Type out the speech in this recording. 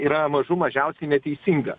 yra mažų mažiausiai neteisinga